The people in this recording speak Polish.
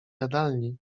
jadalni